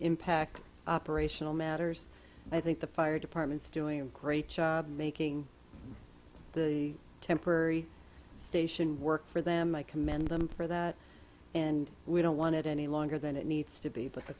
impact operational matters i think the fire department is doing a great job making the temporary station work for them i commend them for that and we don't want it any longer than it needs to be but the